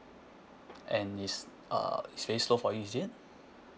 and it's uh it's very slow for you is it